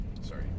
sorry